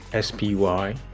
SPY